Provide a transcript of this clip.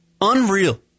Unreal